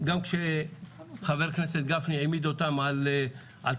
גם כשחבר כנסת גפני העמיד אותם על טעותם.